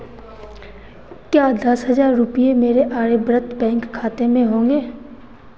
क्या दस हजार रुपये मेरे आर्यव्रत बैंक खाते में होंगे